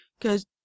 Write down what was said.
cause